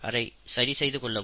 அதை சரி செய்து கொள்ளவும்